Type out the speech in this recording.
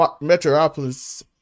Metropolis